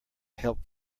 help